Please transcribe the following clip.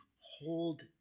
hold